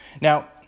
Now